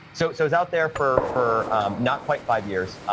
so, it so was out there for for not quite five years,